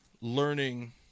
learning